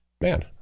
Man